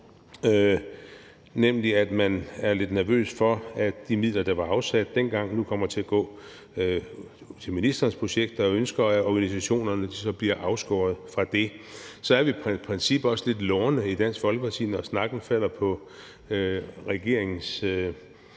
nemlig at man er lidt nervøs for, at de midler, der var afsat dengang, nu kommer til at gå til ministerens projekt ud fra et ønske om, at organisationerne så bliver afskåret fra at disponere over dem. Så er vi af princip også lidt lorne i Dansk Folkeparti, når snakken falder på regeringens